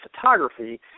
photography